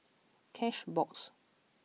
cashbox